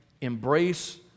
embrace